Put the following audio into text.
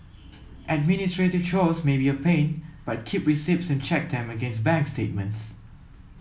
administrative chores may be a pain but keep receipts and check them against bank statements